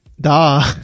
da